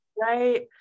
Right